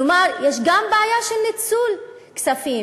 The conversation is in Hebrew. כלומר, יש גם בעיה של ניצול כספים.